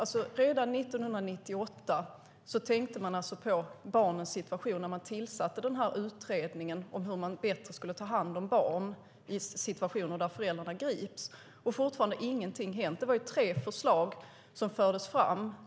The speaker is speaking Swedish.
Redan 1998 tänkte man alltså på barnens situation när man tillsatte utredningen om hur man bättre skulle ta hand om barn i situationer där föräldrarna grips. Men fortfarande har ingenting hänt. Det var tre förslag som fördes fram.